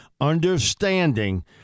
understanding